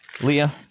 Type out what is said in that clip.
Leah